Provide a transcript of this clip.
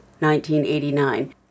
1989